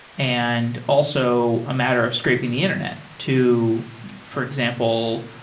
and also a matter of scraping the internet to for example,